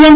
N